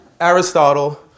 Aristotle